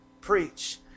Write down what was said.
preach